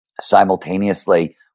Simultaneously